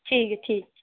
ठीक ऐ ठीक ऐ